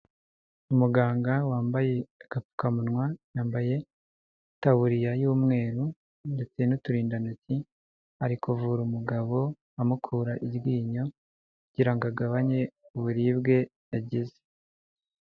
Umuganga wambaye agapfukamunwa, yambaye n'itaburiya y'umweru ndetse n'uturindantoki, ari kuvura umugabo, amukura iryinyo kugira ngo agabanye uburibwe yagize.